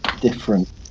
different